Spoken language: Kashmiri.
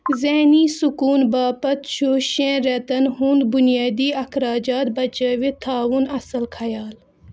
ذہنی سکوٗن باپتھ چھُ شیٚن رٮ۪تَن ہُنٛد بُنیٲدی اخراجات بچٲوِتھ تھاوُن اَصٕل خیال